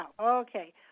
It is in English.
Okay